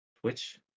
Twitch